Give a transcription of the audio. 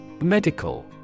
Medical